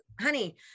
honey